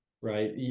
right